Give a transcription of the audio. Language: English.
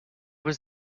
was